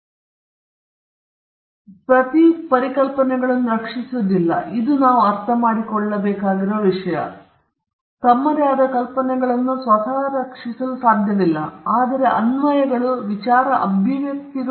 ಈಗ ಈ ಶಾಖೆ ಬೌದ್ಧಿಕ ಆಸ್ತಿ ಹಕ್ಕುಗಳು ಸಾಮಾನ್ಯವಾಗಿ ಕಲ್ಪನೆಗಳ ಅನ್ವಯಗಳನ್ನು ರಕ್ಷಿಸುತ್ತದೆ ಅವರು ಪ್ರತಿ ಪರಿಕಲ್ಪನೆಗಳನ್ನು ರಕ್ಷಿಸುವುದಿಲ್ಲ ಇದು ನಾವು ಅರ್ಥಮಾಡಿಕೊಳ್ಳಬೇಕಾಗಿರುವ ವಿಷಯ ತಮ್ಮದೇ ಆದ ಕಲ್ಪನೆಗಳನ್ನು ಸ್ವತಃ ರಕ್ಷಿಸಲು ಸಾಧ್ಯವಿಲ್ಲ ಆದರೆ ಅನ್ವಯಗಳು ಮತ್ತು ವಿಚಾರಗಳ ಅಭಿವ್ಯಕ್ತಿಗಳು ರಕ್ಷಿಸಲ್ಪಡುತ್ತವೆ